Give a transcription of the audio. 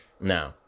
no